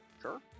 Sure